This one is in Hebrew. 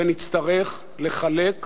ונצטרך לחלק ולהתחלק.